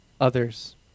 others